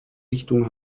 richtung